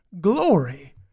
glory